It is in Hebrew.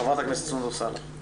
ח"כ סונדוס סאלח בבקשה.